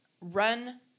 run